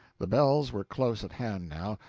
the bells were close at hand now,